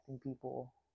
people